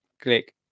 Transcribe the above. click